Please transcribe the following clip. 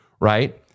right